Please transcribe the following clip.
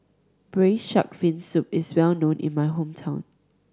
Braised Shark Fin Soup is well known in my hometown